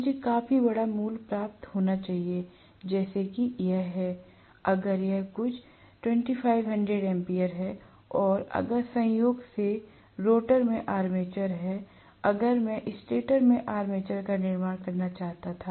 मुझे काफी बड़ा मूल्य प्राप्त होना चाहिए जैसा कि यह है अगर यह कुछ 2500 एम्पीयर है और अगर संयोग से रोटर में आर्मेचर है अगर मैं स्टेटर में आर्मेचर का निर्माण करना चाहता था